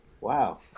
Wow